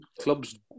clubs